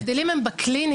ההבדלים הם בקליניקה.